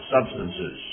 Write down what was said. substances